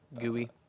Gooey